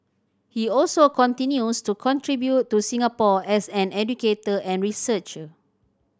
he also continues to contribute to Singapore as an educator and researcher